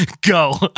Go